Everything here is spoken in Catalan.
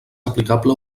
aplicable